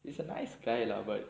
he's a nice guy lah but